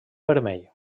vermell